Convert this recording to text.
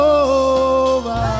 over